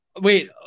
Wait